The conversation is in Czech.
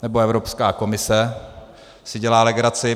Nebo Evropská komise si dělá legraci.